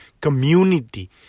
community